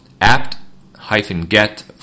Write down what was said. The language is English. apt-get